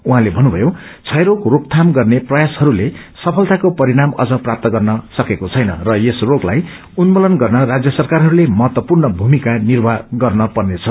उहाँले भन्नुभयो क्षयरोग रोकथाम गर्ने प्रयासहरूले सफलताको परिणाम अझ प्राप्त गर्न सकेको छैन र यस रोगलाई उन्मूलन गर्न राज्य सरकारहरूले महत्वपूर्ण भूमिका निर्वाह गर्न पर्नेछ